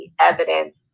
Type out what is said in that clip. evidence